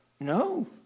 No